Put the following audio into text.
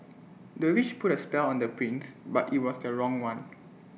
the witch put A spell on the prince but IT was the wrong one